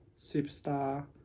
superstar